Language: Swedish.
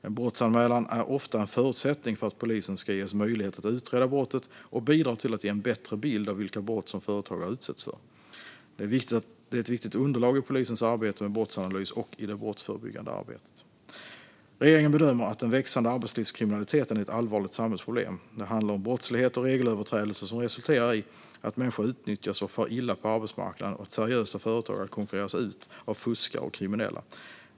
En brottsanmälan är ofta en förutsättning för att polisen ska ges möjlighet att utreda brottet och bidrar till att ge en bättre bild av vilka brott som företagare utsätts för. Det är ett viktigt underlag i polisens arbete med brottsanalys och i det brottsförebyggande arbetet. Regeringen bedömer att den växande arbetslivskriminaliteten är ett allvarligt samhällsproblem. Det handlar om brottslighet och regelöverträdelser som resulterar i att människor utnyttjas och far illa på arbetsmarknaden och att seriösa företagare konkurreras ut av fuskare och kriminella.